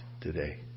today